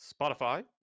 Spotify